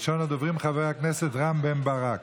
ראשון הדוברים, חבר הכנסת רם בן ברק.